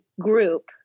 group